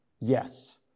yes